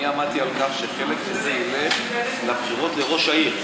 אני עמדתי על כך שחלק מזה ילך לבחירות לראש העיר,